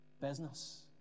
business